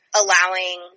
allowing